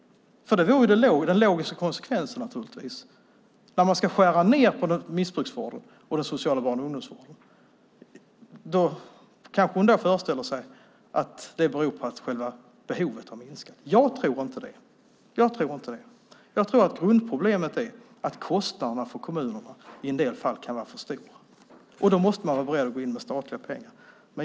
Det vore det logiska. När Maria Larsson tänker skära ned på missbrukarvården och den sociala barn och ungdomsvården kanske hon föreställer sig att det beror på att behovet har minskat. Jag tror inte det. Jag tror att grundproblemet är att kostnaderna i en del fall kan vara för stora för kommunerna. Då måste man vara beredd att gå in med statliga pengar.